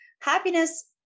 happiness